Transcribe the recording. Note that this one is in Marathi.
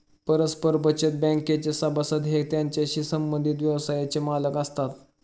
परस्पर बचत बँकेचे सभासद हे त्याच्याशी संबंधित व्यवसायाचे मालक असतात